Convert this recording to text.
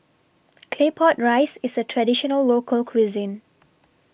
Claypot Rice IS A Traditional Local Cuisine